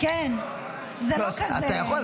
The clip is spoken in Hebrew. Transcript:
כן, זה לא כזה --- אתה יכול.